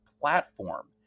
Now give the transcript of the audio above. platform